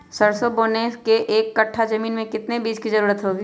सरसो बोने के एक कट्ठा जमीन में कितने बीज की जरूरत होंगी?